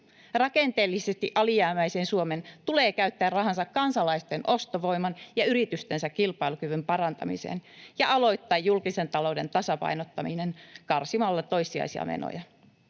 Rakenteellisesti alijäämäisen Suomen tulee käyttää rahansa kansalaistensa ostovoiman ja yritystensä kilpailukyvyn parantamiseen ja aloittaa julkisen talouden tasapainottaminen karsimalla toissijaisia menoja.